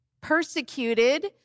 persecuted